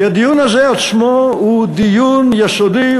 כי הדיון הזה עצמו הוא דיון יסודי,